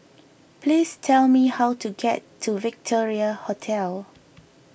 please tell me how to get to Victoria Hotel